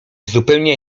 zupełnie